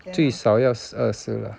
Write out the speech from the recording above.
最少要二十 lah